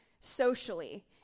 socially